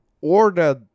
ordered